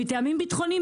מטעמים ביטחוניים,